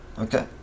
Okay